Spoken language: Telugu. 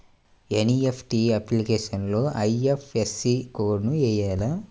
ఎన్.ఈ.ఎఫ్.టీ అప్లికేషన్లో ఐ.ఎఫ్.ఎస్.సి కోడ్ వేయాలా?